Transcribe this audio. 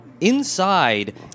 Inside